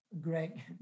Greg